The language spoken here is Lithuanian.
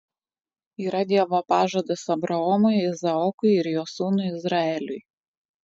yra dievo pažadas abraomui izaokui ir jo sūnui izraeliui